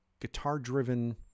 guitar-driven